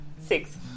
Six